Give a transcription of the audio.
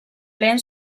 lehen